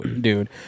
dude